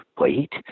wait